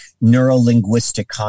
neuro-linguistic